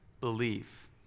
believe